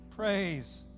Praise